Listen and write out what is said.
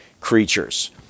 creatures